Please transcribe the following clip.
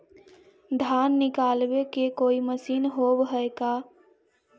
धान निकालबे के कोई मशीन होब है का?